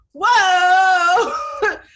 whoa